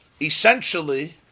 Essentially